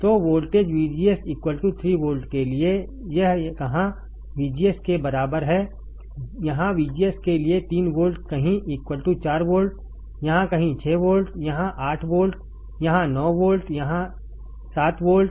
तो voltage VGS 3 volt के लिए यह कहाँ VGS के बराबर है यहाँ VGS के लिए 3 वोल्ट कहीं 4 वोल्ट यहाँ कहीं 6 वोल्ट यहाँ 8 वोल्ट यहाँ 9 वोल्ट या यहाँ 7 वोल्ट